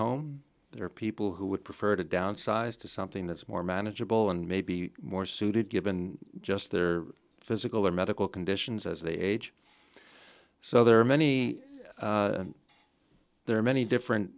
home there are people who would prefer to downsize to something that's more manageable and may be more suited given just their physical or medical conditions as they age so there are many there are many different